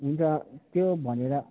हुन्छ त्यो भनेर